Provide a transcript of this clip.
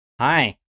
hi